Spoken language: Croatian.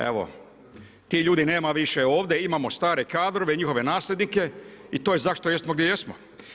Evo tih ljudi nema više ovdje, imamo stare kadrove, njihove nasljednike i to je zašto jesmo, gdje jesmo.